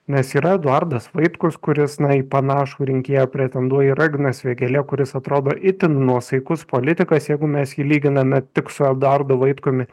nes yra eduardas vaitkus kuris na į panašų rinkėją pretenduoja yra ignas vėgėlė kuris atrodo itin nuosaikus politikas jeigu mes jį lyginame tik su eduardu vaitkumi